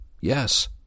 Yes